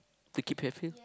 to keep healthy